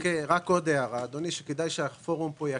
רק עוד הערה, אדוני, שכדאי שהפורום פה יכיר.